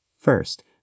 First